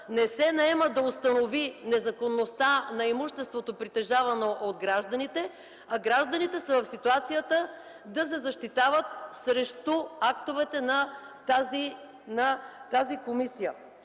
не се наема да установи незаконността на имуществото, притежавано от гражданите, а гражданите са в ситуацията да се защитават срещу актовете на тази комисия?!